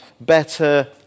better